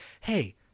hey